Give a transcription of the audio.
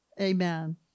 Amen